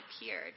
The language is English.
appeared